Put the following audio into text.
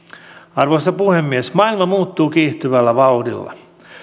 arvoisa puhemies maailma muuttuu kiihtyvällä vauhdilla